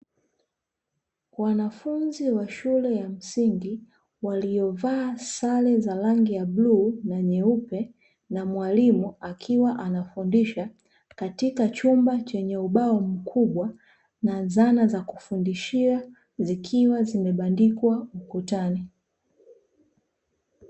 Wanafunzi wa shule ya msingi waliovaa sare za rangi ya buluu na nyeupe, na mwalimu akiwa anafundisha katika chumba chenye ubao mkubwa, na dhana za kufundishia zikiwa zimebandikwa ukutani.